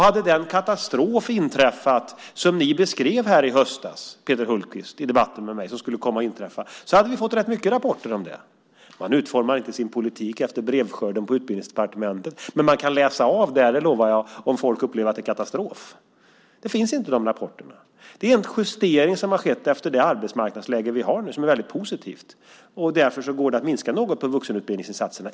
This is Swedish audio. Hade den katastrof inträffat som ni beskrev i höstas, Peter Hultqvist, i debatten med mig hade vi fått rätt många rapporter om det. Man utformar inte sin politik efter brevskörden på Utbildningsdepartementet, men man kan läsa av där - det lovar jag - om folk upplever att det är katastrof. Det finns inte några sådana rapporter. Det är en justering som har skett efter det arbetsmarknadsläge som vi har nu och som är väldigt positivt. Därför går det att minska något på vuxenutbildningsinsatserna.